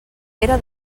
pere